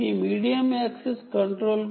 ఇది medium access control